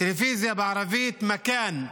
הטלוויזיה בערבית "מכאן",